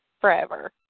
forever